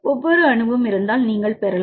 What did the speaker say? ஒவ்வொரு அணுவும் இருந்தால் நீங்கள் பெறலாம்